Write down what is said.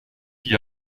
qui